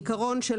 העיקרון של